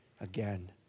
again